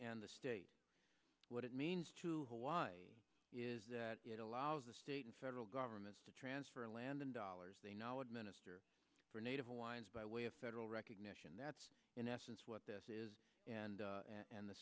and the state what it means to hawaii is that it allows the state and federal governments to transfer land in dollars they now administer for native hawaiians by way of federal recognition that's in essence what this is and and the